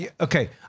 Okay